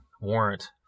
Warrant